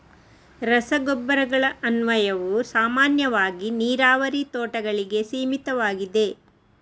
ರಸಗೊಬ್ಬರಗಳ ಅನ್ವಯವು ಸಾಮಾನ್ಯವಾಗಿ ನೀರಾವರಿ ತೋಟಗಳಿಗೆ ಸೀಮಿತವಾಗಿದೆ